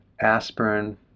aspirin